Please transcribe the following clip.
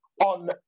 on